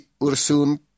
ursun